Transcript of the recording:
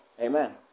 Amen